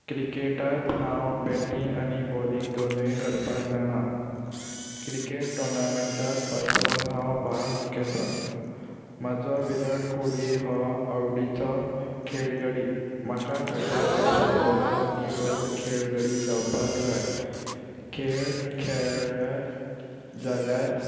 क्रिकेटांत हांव बॅटींग आनी बॉलिंग दोनूय करपाक जाणा क्रिकेट टोर्नामेंटात पासून हांव भाग घेतां म्हाजो विराट कोहळी हो आवडीचो खेळगडी म्हाका ताच्या भशेन बरो आनी व्हड खेळगडी जावपाक जाय खेळ खेळ्ळ्यार जाल्यार